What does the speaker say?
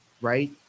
right